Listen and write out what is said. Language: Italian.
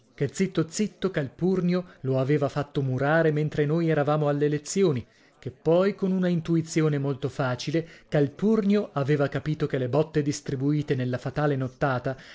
zitto zitto calpurnio lo aveva fatto murare mentre noi eravamo alle lezioni che poi con una intuizione molto facile calpurnio aveva capito che le bòtte distribuite nella fatale nottata